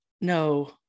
No